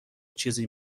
چیزی